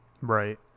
Right